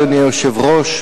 אדוני היושב-ראש,